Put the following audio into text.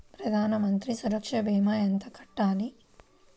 ప్రధాన మంత్రి సురక్ష భీమా ఎంత కట్టాలి?